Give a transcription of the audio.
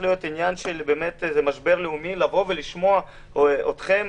זה משבר לאומי וצריך לשמוע אתכם,